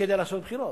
כדי לעשות בחירות.